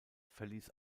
verließ